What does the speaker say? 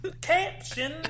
Caption